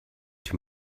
too